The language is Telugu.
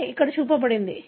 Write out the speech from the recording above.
అదే ఇక్కడ చూపబడింది